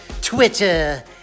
Twitter